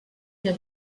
que